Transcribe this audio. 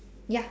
ya